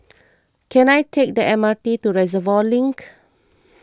can I take the M R T to Reservoir Link